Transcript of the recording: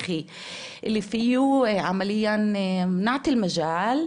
כידוע ישיבות הוועדה מוקלטות ומשודרות,